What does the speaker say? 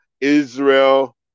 Israel